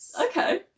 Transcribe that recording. Okay